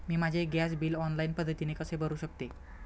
मी माझे gas bill online पद्धतीने कसे भरु शकते?